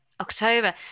October